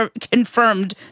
confirmed